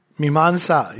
mimansa